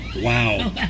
wow